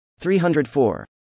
304